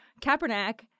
Kaepernick